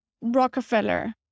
Rockefeller